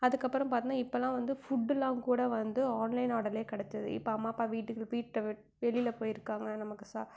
அதுக்கப்றம் பார்த்தன்னா இப்போல்லாம் வந்து ஃபுட்டுலாம் கூட வந்து ஆன்லைன் ஆடரில் கிடச்சிருது இப்போ அம்மா அப்பா வீட்டுக்கு வீட்டை விட்டு வெளியில் போயிருக்காங்க நமக்கு சா